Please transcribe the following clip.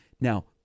Now